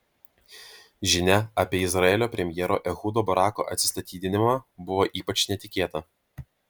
žinia apie izraelio premjero ehudo barako atsistatydinimą buvo ypač netikėta